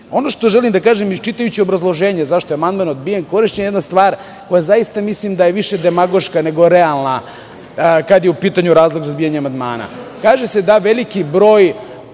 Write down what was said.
što želim da kažem, iščitajući obrazloženje zašto je amandman odbijen, korišćena je jedna stvar koja zaista mislim da je više demagoška nego realna, kada je u pitanju razlog za odbijanje amandmana. Kaže se da je veliki broj